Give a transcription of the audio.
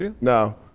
No